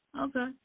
Okay